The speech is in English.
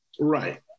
right